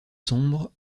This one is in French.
sombre